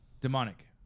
Demonic